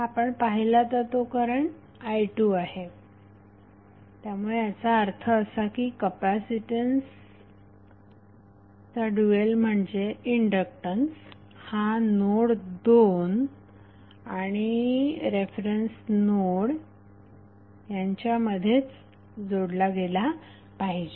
आपण पाहिला तर तो करंट i2 आहे त्यामुळे याचा अर्थ असा की कपॅसिटन्स ड्यूएल म्हणजे इंडक्टन्स हा नोड 2 आणि रेफरन्स नोड यांमध्येच जोडला गेला पाहिजे